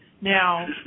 Now